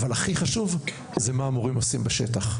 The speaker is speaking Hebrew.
אבל הכי חשוב זה מה שהמורים עושים בשטח.